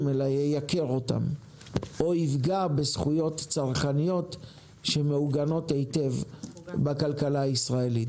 אלא ייקר אותם או יפגע בזכויות צרכניות שמעוגנות היטב בכלכלה הישראלית.